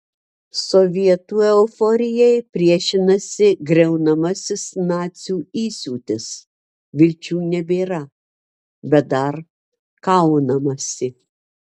sovietų euforijai priešinasi griaunamasis nacių įsiūtis vilčių nebėra bet dar kaunamasi